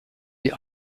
die